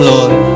Lord